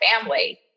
family